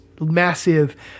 massive